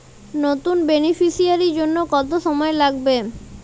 নতুন বেনিফিসিয়ারি জন্য কত সময় লাগবে?